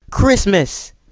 Christmas